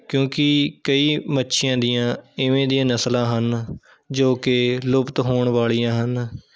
ਕਿਉਂਕਿ ਕਈ ਮੱਛੀਆਂ ਦੀਆਂ ਇਵੇਂ ਦੀਆਂ ਨਸਲਾਂ ਹਨ ਜੋ ਕਿ ਲੁਪਤ ਹੋਣ ਵਾਲ਼ੀਆਂ ਹਨ